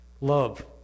Love